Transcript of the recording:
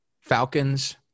Falcons